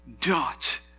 dot